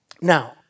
Now